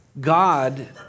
God